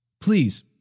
Please